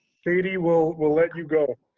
katie, we'll we'll let you go.